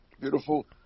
Beautiful